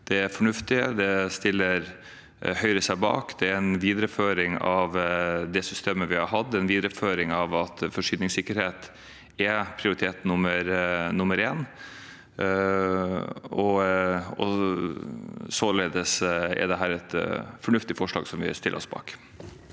er fornuftige. Dem stiller Høyre seg bak. Det er en videreføring av det systemet vi har hatt, en videreføring av at forsyningssikkerhet er prioritet nummer én. Således er dette et fornuftig forslag, som vi stiller oss bak.